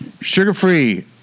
Sugar-free